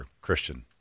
Christian